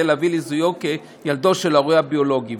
להביא לזיהויו כילדו של ההורה הביולוגי.